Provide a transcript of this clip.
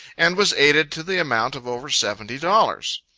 and was aided to the amount of over seventy dollars.